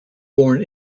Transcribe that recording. born